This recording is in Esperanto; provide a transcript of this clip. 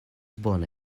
bona